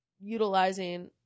utilizing